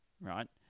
right